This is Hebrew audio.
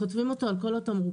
הם כותבים אותו על כל התמרוקים.